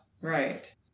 Right